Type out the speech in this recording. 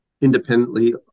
independently